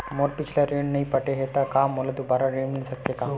मोर पिछला ऋण नइ पटे हे त का मोला दुबारा ऋण मिल सकथे का?